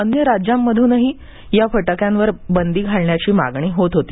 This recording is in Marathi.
अन्य राज्यांतूनही फटाक्यांवर बंदी घालण्याची मागणी होत होती